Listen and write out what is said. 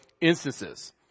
instances